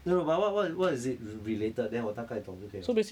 no but what what what is it re~ related then 我大概懂就可以 liao